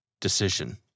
decision